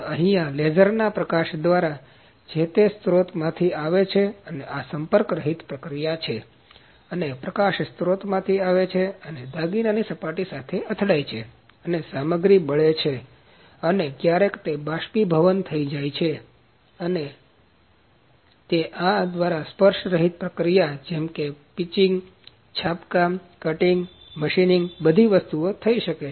પણ અહીંયા લેઝરના પ્રકાશ દ્વારા જે તેના સ્ત્રોત માંથી આવે છે અને આ સંપર્ક રહિત પ્રક્રિયા છે અને પ્રકાશ સ્ત્રોતમાંથી આવે છે અને દાગીનાની સપાટી સાથે અથડાય છે અને સામગ્રી બળે છે અને ક્યારેક તે બાષ્પીભવન થઈ જાય છે તેથી અને તે દ્વારા આ સ્પર્શ રહિત પ્રક્રિયા જેમકે પીચિંગ છાપકામ કટીંગ મશીનિંગ આ બધી વસ્તુ થઈ શકે